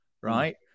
right